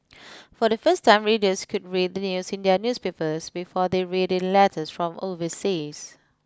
for the first time readers could read the news in their newspapers before they read it in letters from overseas